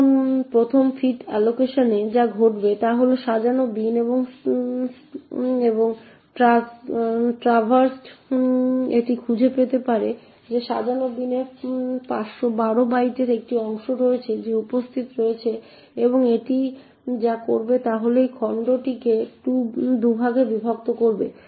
এখন প্রথম ফিট অ্যালোকেশনে যা ঘটবে তা হল সাজানো বিন এবং ট্র্যাভার্সড এটি খুঁজে পেতে পারে যে এই সাজানো বিনে 512 বাইটের একটি অংশ রয়েছে যা উপস্থিত রয়েছে এবং তাই এটি যা করবে তা হল এই খণ্ডটিকে 2 ভাগে বিভক্ত করবে